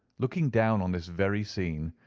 looking down on this very scene,